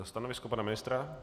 Stanovisko pana ministra?